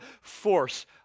force